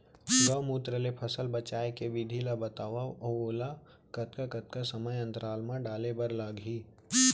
गौमूत्र ले फसल बचाए के विधि ला बतावव अऊ ओला कतका कतका समय अंतराल मा डाले बर लागही?